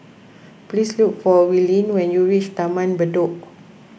please look for Willene when you reach Taman Bedok